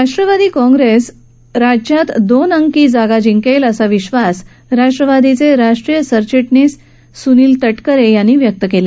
Rashtrawadi Congress राज्यात दोन अंकी जागा जिंकेल असा विश्वास राष्ट्रवादीचे राष्ट्रीय सरचिटणीस सुनील तटकरे यांनी व्यक्त केला